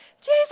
Jesus